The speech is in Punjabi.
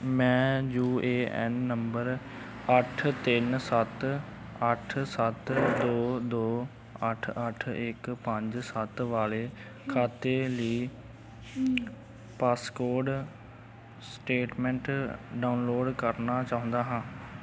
ਮੈਂ ਯੂ ਏ ਐਨ ਨੰਬਰ ਅੱਠ ਤਿੰਨ ਸੱਤ ਅੱਠ ਸੱਤ ਦੋ ਦੋ ਅੱਠ ਅੱਠ ਇੱਕ ਪੰਜ ਸੱਤ ਵਾਲੇ ਖਾਤੇ ਲਈ ਪਾਸਕੋਡ ਸਟੇਟਮੈਂਟ ਡਾਊਨਲੋਡ ਕਰਨਾ ਚਾਹੁੰਦਾ ਹਾਂ